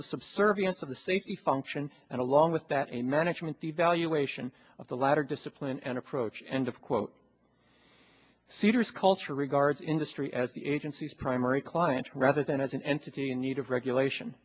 the subservience of the safety function and along with that a management devaluation of the latter discipline and approach and of quote features culture regards industry as the agency's primary clients rather than as an entity in need of regulation